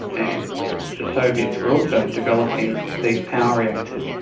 and the soviets were also developing these power reactors.